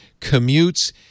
commutes